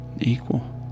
equal